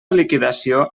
liquidació